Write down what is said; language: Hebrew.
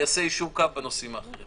שיעשה יישור קו בנושאים האחרים.